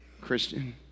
Christian